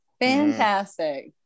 Fantastic